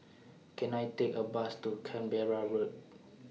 Can I Take A Bus to Canberra Road